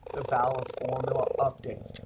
the balance formula updates.